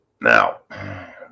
Now